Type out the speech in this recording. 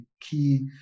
key